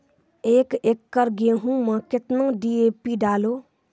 एक एकरऽ गेहूँ मैं कितना डी.ए.पी डालो?